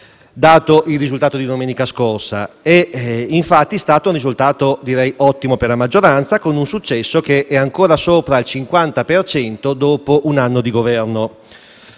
dato il risultato di domenica scorsa. Si è trattato, infatti, di un risultato ottimo per la maggioranza, con un successo che è ancora sopra al 50 per cento dopo un anno di governo.